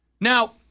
Now